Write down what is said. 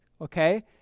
Okay